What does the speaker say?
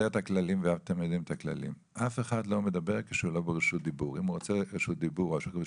את הגושפנקה החוקית, לא אם רוצים או לא,